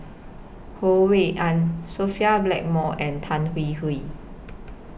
Ho Rui An Sophia Blackmore and Tan Hwee Hwee